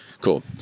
Cool